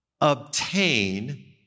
obtain